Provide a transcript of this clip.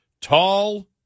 Tall